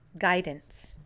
guidance